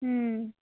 ಹ್ಞೂ